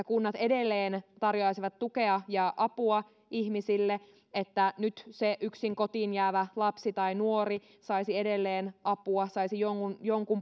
kunnat edelleen tarjoaisivat tukea ja apua ihmisille että nyt se yksin kotiin jäävä lapsi tai nuori saisi edelleen apua saisi jonkun vaikkapa